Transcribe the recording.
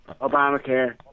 Obamacare